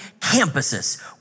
campuses